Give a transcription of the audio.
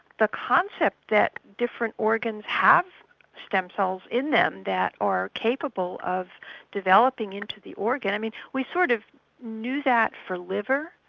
the concept that different organs have stem cells in them that are capable of developing into the organ, we sort of knew that for liver,